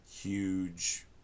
huge